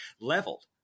leveled